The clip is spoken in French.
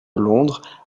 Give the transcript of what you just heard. londres